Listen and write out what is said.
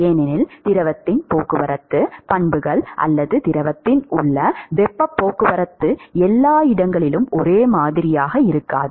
ஏனெனில் திரவத்தின் போக்குவரத்து பண்புகள் அல்லது திரவத்தில் உள்ள வெப்பப் போக்குவரத்து எல்லா இடங்களிலும் ஒரே மாதிரியாக இருக்காது